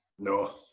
No